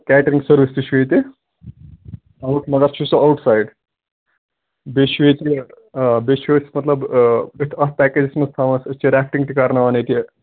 catering service تہِ چھُ ییٚتہِ آوُٹ مگر چھُ سُہ آوُٹ سایڈ بیٚیہِ چھُ ییٚتہِ بیٚیہِ چھُ أسۍ مطلب أتھۍ اَتھ پٮ۪کیٚجَس منٛز تھاوان أسۍ چھِ رٮ۪فٹِنٛگ تہِ کَرناوان ییٚتہِ